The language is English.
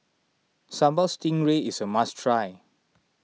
Sambal Stingray is a must try